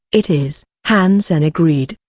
it is, han sen agreed,